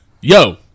Yo